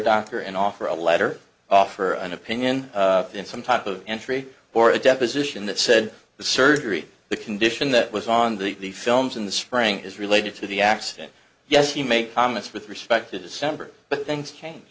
doctor and offer a letter offer an opinion in some type of entry or a deposition that said the surgery the condition that was on the films in the spring is related to the accident yes you make comments with respect to december but then strange